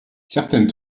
certaines